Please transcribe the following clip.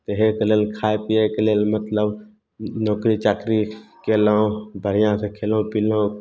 तऽ एहेके लेल खाइ पीयेके लेल मतलब नौकरी चाकरी कयलहुँ बढ़िआँसँ खेलहुँ पियलहुँ